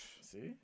See